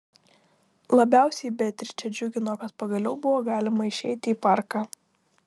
labiausiai beatričę džiugino kad pagaliau buvo galima išeiti į parką